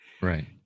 Right